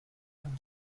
not